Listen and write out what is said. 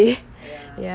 ya